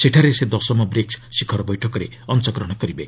ସେଠାରେ ସେ ଦଶମ ବ୍ରିକ୍ସ ଶିଖର ବୈଠକରେ ଅଂଶଗ୍ରହଣ କରିବେ